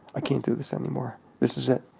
i can't do this anymore. this is it.